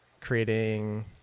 creating